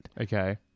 Okay